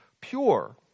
pure